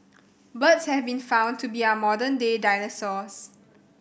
birds have been found to be our modern day dinosaurs